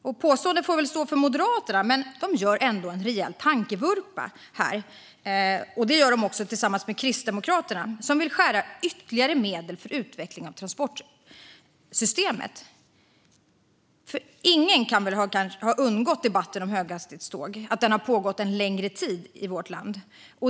Det påståendet får väl stå för Moderaterna, men de gör här ändå en rejäl tankevurpa tillsammans med Kristdemokraterna, som vill skära ytterligare i medlen för utveckling av transportsystemet. Ingen kan väl ha undgått att debatten om höghastighetståg pågått en längre tid i vårt land.